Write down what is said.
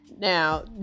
Now